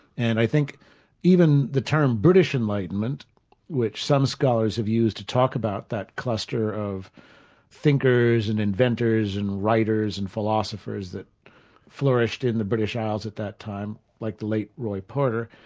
and i think even the term british enlightenment which some scholars have used to talk about that cluster of thinkers and inventors and writers and philosophers that flourished in the british isles at that time, like the late roy porter,